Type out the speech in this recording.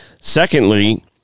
Secondly